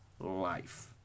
life